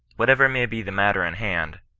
whatever may be the matter in hand,